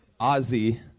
Ozzy